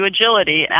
Agility